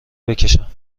بکشم